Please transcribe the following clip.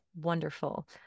wonderful